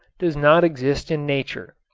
does not exist in nature.